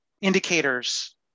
indicators